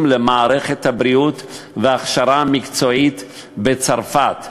למערכת הבריאות וההכשרה המקצועית בצרפת?